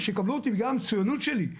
ושיקבלו אותי בגלל המצויינות שלי.